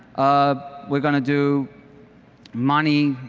um we're going to do money